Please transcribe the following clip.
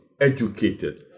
educated